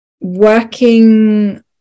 working